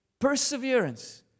Perseverance